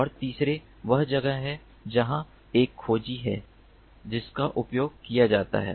और तीसरा वह जगह है जहां एक खोजी है जिसका उपयोग किया जाता है